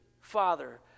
Father